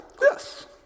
Yes